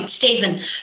Stephen